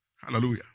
Hallelujah